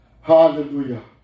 Hallelujah